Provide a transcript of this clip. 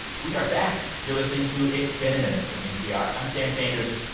we are back. you're listening to it's been a minute from npr. i'm sam sanders.